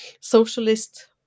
socialist